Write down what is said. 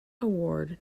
award